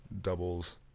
doubles